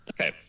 okay